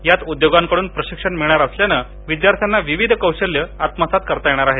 यात उदयोजकांकडून प्रशिक्षण मिळणार असल्यानं विदयार्थ्यांना विविध कौशल्य आत्मसात करता येणार आहेत